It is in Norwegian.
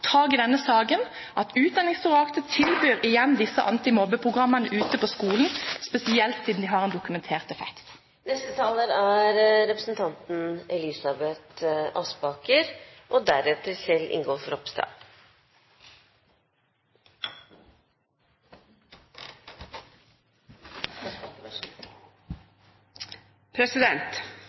tak i denne saken, og at Utdanningsdirektoratet igjen tilbyr disse antimobbeprogrammene ute på skolene, spesielt siden de har en dokumentert effekt.